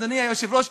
אדוני היושב-ראש,